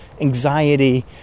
anxiety